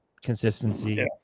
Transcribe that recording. consistency